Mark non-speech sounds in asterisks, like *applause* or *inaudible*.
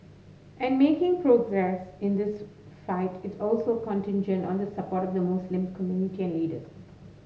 and making *unintelligible* in this fight is also contingent on the support of the Muslim community and leaders